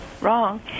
wrong